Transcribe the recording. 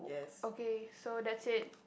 okay so that's it